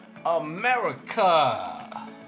America